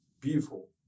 Beautiful